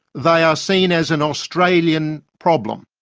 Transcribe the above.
they are seen as an australian problem.